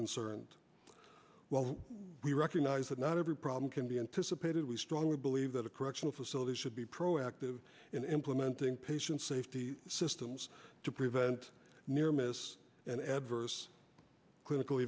concerned while we recognise that not every problem can be anticipated we strongly believe that a correctional facility should be proactive in implementing patient safety systems to prevent near miss and adverse clinical